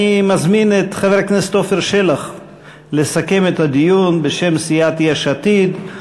אני מזמין את חבר הכנסת עפר שלח לסכם את הדיון בשם סיעת יש עתיד.